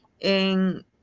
en